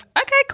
okay